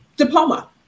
diploma